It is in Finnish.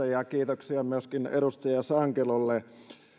ja kiitoksia myöskin edustaja sankelolle